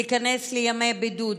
להיכנס לימי בידוד.